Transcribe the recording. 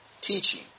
teaching